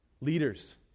Leaders